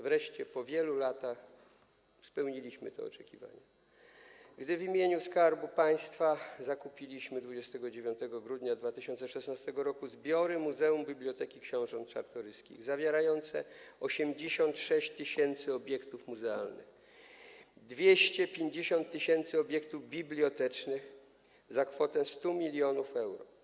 Wreszcie po wielu latach spełniliśmy te oczekiwania, gdy w imieniu Skarbu Państwa 29 grudnia 2016 r. zakupiliśmy zbiory Muzeum i Biblioteki Książąt Czartoryskich zawierające 86 tys. obiektów muzealnych, 250 tys. obiektów bibliotecznych za kwotę 100 mln euro.